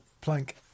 Plank